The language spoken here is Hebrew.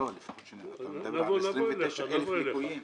לא, הם מדברים על 29,000 ליקויים.